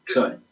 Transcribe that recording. Sorry